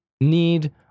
need